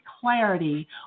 clarity